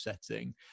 setting